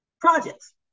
projects